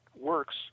works